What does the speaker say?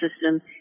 system